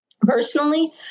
Personally